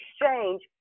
exchange